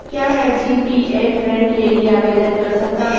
क्या मैं जी.पी.एफ ऋण के लिए आवेदन कर सकता हूँ?